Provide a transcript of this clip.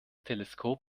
teleskop